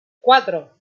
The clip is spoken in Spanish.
cuatro